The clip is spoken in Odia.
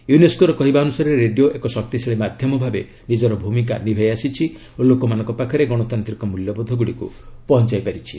ୟୁନେସ୍କୋର କହିବା ଅନୁସାରେ ରେଡିଓ ଏକ ଶକ୍ତିଶାଳୀ ମାଧ୍ୟମ ଭାବେ ନିଜର ଭୂମିକା ନିଭାଇ ଆସିଛି ଓ ଲୋକମାନଙ୍କ ପାଖରେ ଗଣତାନ୍ତିକ ମୂଲ୍ୟବୋଧଗୁଡ଼ିକୁ ପହଞ୍ଚାଇ ପାରିଛି